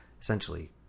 essentially